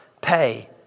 pay